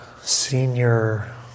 senior